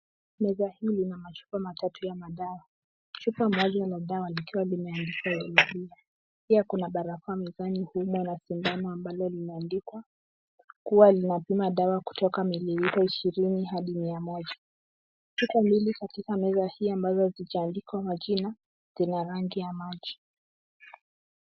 Meza hii lina machupa matatu ya madawa. Chupa moja lina dawa likiwa limeandikwa yellow fever . Pia kuna barakoa mezani humo na sindano ambalo limeandikwa kuwa linapima dawa kutoka mililita ishirini hadi mia moja. Chupa mbili katika meza hii ambazo hazijaandikwa majina zina rangi ya maji.